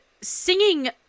singing